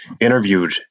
interviewed